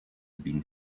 been